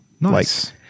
Nice